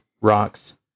rocks